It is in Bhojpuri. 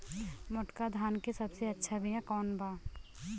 मोटका धान के सबसे अच्छा बिया कवन बा?